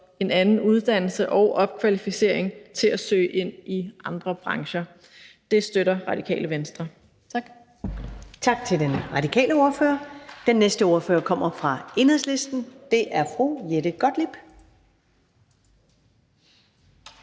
en anden uddannelse og opkvalificering til at søge ind i andre brancher. Det støtter Radikale Venstre. Tak. Kl. 14:05 Første næstformand (Karen Ellemann): Tak til den radikale ordfører. Den næste ordfører kommer fra Enhedslisten. Det er fru Jette Gottlieb.